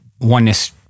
Oneness